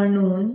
म्हणून